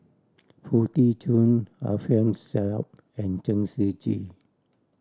Foo Tee Jun Alfian Sa'at and Chen Shiji